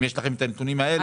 אם יש לכם הנתונים האלה?